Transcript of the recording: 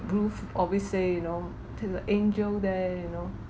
ruth always say you know to the angel there you know